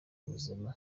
buzima